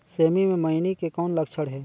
सेमी मे मईनी के कौन लक्षण हे?